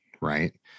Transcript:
Right